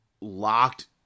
locked